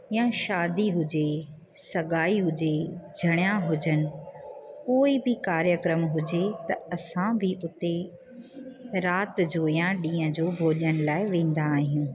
या शादी हुजे सगाई हुजे जणियां हुजनि कोई बि कार्यक्रम हुजे त असां भी हुते राति जो या ॾींहं जो भोॼन लाइ वेंदा आहियूं